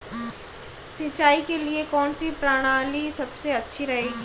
सिंचाई के लिए कौनसी प्रणाली सबसे अच्छी रहती है?